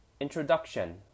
Introduction